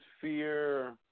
fear –